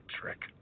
trick